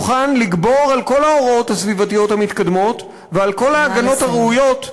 בכוחן לגבור על כל ההוראות הסביבתיות המתקדמות ועל כל ההגנות הראויות,